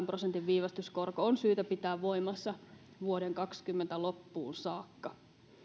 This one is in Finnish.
prosentin viivästyskorko on syytä pitää voimassa vuoden kaksikymmentä loppuun saakka